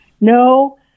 no